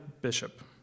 bishop